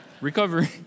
Recovery